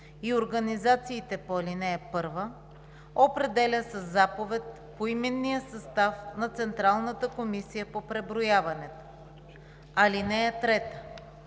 и организациите по ал. 1, определя със заповед поименния състав на Централната комисия по преброяването. (3)